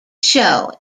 show